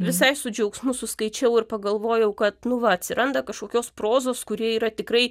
visai su džiaugsmu suskaičiau ir pagalvojau kad nu va atsiranda kažkokios prozos kuri yra tikrai